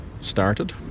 started